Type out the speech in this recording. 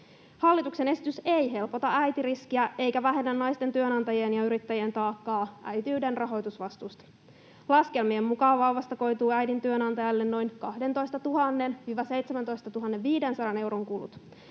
Hallituksen esitys ei helpota äitiriskiä eikä vähennä naisten työnantajien ja yrittäjien taakkaa äitiyden rahoitusvastuusta. Laskelmien mukaan vauvasta koituu äidin työnantajalle noin 12 000—17 500 euron kulut.